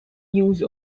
use